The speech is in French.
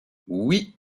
oui